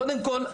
קודם כל,